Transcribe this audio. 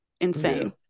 insane